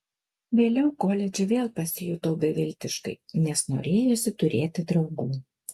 vėliau koledže vėl pasijutau beviltiškai nes norėjosi turėti draugų